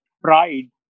pride